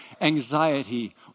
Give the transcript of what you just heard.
anxiety